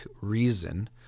reason